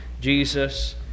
Jesus